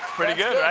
pretty good,